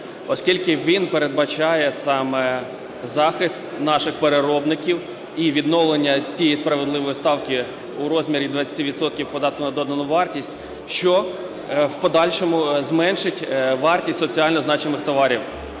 Оскільки він передбачає саме захист наших переробників і відновлення тієї справедливої ставки в розмірі 20 відсотків податку на додану вартість, що в подальшому зменшить вартість соціально значимих товарів.